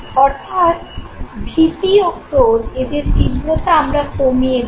অর্থাৎ ভীতি ও ক্রোধ এদের তীব্রতা আমরা কমিয়ে দিই